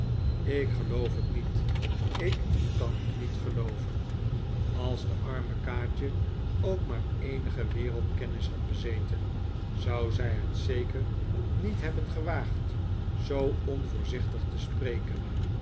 ik geloof het niet ik kan het niet gelooven als de arme kaatje ook maar eenige wereldkennis had bezeten zou zij het zeker niet hebben gewaagd zoo onvoorzichtig te spreken